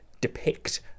depict